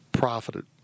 profited